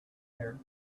here